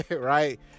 right